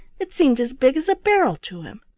it seemed as big as a barrel to him.